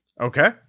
Okay